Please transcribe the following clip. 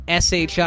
SHI